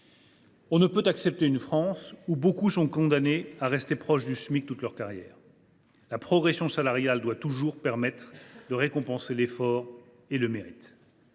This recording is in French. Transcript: on ne peut accepter une France où beaucoup sont condamnés à rester proches du Smic toute leur carrière. La progression salariale doit toujours permettre de récompenser l’effort et le mérite.